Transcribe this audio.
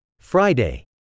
Friday